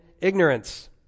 ignorance